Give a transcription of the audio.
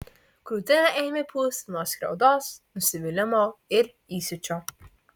krūtinę ėmė pūsti nuo skriaudos nusivylimo ir įsiūčio